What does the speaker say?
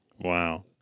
Wow